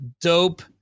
Dope